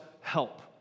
help